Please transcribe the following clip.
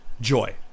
joy